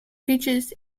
beaches